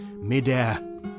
midair